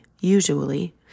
usually